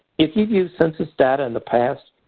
if you've used census data in the past,